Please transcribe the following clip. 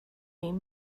این